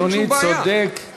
אדוני צודק.